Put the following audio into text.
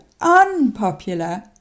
unpopular